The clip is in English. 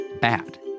bad